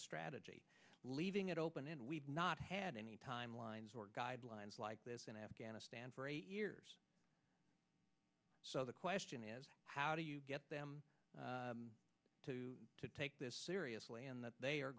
strategy leaving it open and we've not had any timelines or guidelines like this in afghanistan for eight years so the question is how do you get them to take this seriously and that they are